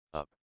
up